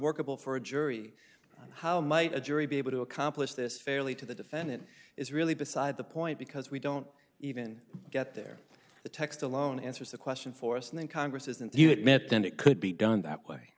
workable for a jury how might a jury be able to accomplish this fairly to the defendant is really beside the point because we don't even get there the text alone answers the question for us and then congress isn't yet met then it could be done that way